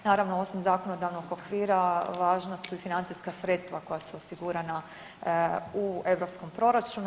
Naravno osim zakonodavnog okvira važna su i financijska sredstva koja su osigurana u Europskom proračunu.